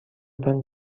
تان